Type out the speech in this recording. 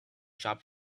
shop